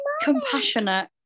compassionate